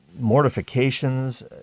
mortifications